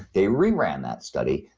they re-ran that study.